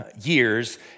years